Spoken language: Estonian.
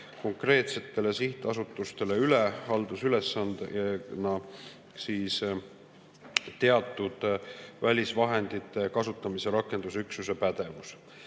konkreetsetele sihtasutustele üle haldusülesandena teatud välisvahendite kasutamise rakendusüksuse pädevus.